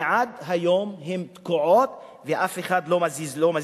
ועד היום הן תקועות, ואף אחד לא מזיז לו.